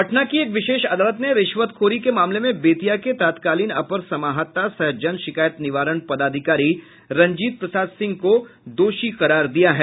पटना की एक विशेष अदालत ने रिश्वत खोरी के मामले में बेतिया के तत्कालीन अपर समाहर्ता सह जन शिकायत निवारण पदाधिकारी रंजीत प्रसाद सिंह को दोषी करार दिया है